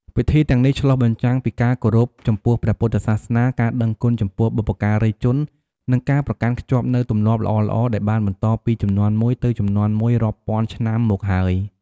ពិធីទាំងនេះឆ្លុះបញ្ចាំងពីការគោរពចំពោះព្រះពុទ្ធសាសនា ការដឹងគុណចំពោះបុព្វការីជន និងការប្រកាន់ខ្ជាប់នូវទម្លាប់ល្អៗដែលបានបន្តពីជំនាន់មួយទៅជំនាន់មួយរាប់ពាន់ឆ្នាំមកហើយ។